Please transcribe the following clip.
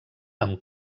amb